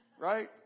right